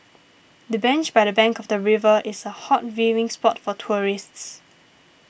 the bench by the bank of the river is a hot viewing spot for tourists